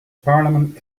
parliament